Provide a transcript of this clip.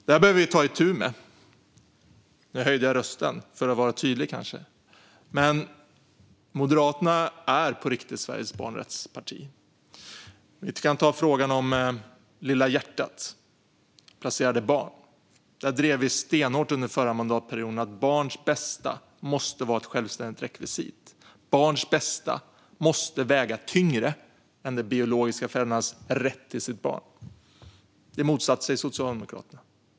Detta behöver vi ta itu med. Nu höjde jag rösten för att kanske vara tydlig. Men Moderaterna är på riktigt Sveriges barnrättsparti. Vi kan ta frågan om Lilla hjärtat och placerade barn som exempel. Där drev vi stenhårt under förra mandatperioden att barns bästa måste vara ett självständigt rekvisit. Barns bästa måste väga tyngre än de biologiska föräldrarnas rätt till sina barn. Det motsatte sig Socialdemokraterna.